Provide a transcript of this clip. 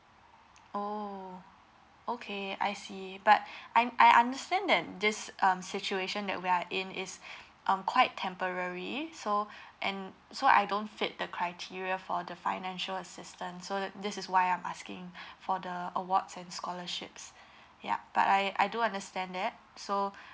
oh okay I see but I'm I understand that this um situation that we are in is um quite temporary so and so I don't fit the criteria for the financial assistance so this is why I'm asking for the awards and scholarships ya but I I do understand that so